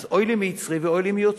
אז אוי לי מיצרי ואוי לי מיוצרי.